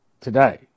today